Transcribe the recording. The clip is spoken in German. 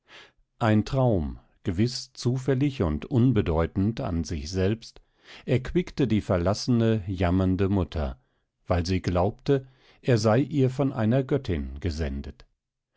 ein traum gewiß zufällig und unbedeutend an sich selbst erquickte die verlassene jammernde mutter weil sie glaubte er sei ihr von einer göttin gesendet